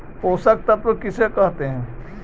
पोषक तत्त्व किसे कहते हैं?